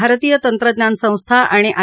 भारतीय तंत्रज्ञान संस्था आणि आय